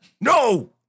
No